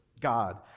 God